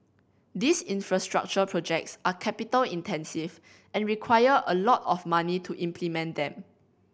these infrastructure projects are capital intensive and require a lot of money to implement them